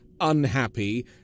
unhappy